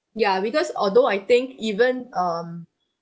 ya because although I think even um